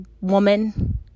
woman